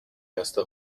erste